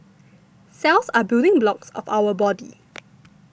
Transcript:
cells are building blocks of our body